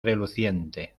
reluciente